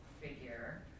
figure